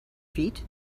feet